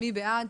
מי בעד?